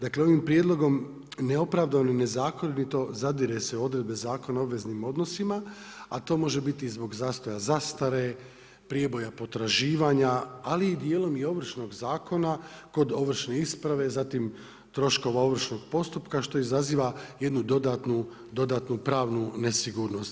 Dakle, ovim prijedlogom neopravdano i nezakonito zadire se u odredbe Zakona o obveznim odnosima, a to može biti i zbog zastoja zastare, prijeboja potraživanja, ali i dijelom Ovršnog zakona, kod ovršne isprave, zatim troškova ovršnog postupka, što izaziva jednu dodatnu pravnu nesigurnost.